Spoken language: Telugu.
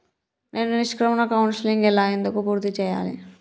నేను నిష్క్రమణ కౌన్సెలింగ్ ఎలా ఎందుకు పూర్తి చేయాలి?